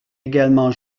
également